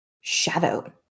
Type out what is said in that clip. shadow